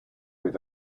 with